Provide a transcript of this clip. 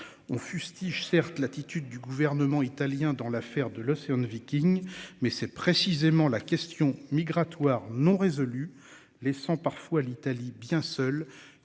on fustige certes l'attitude du gouvernement italien dans l'affaire de l'Océan Viking. Mais c'est précisément la question migratoire non résolu les 100 parfois l'Italie bien seul.